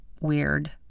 weird